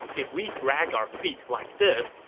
if we drag our feet like this,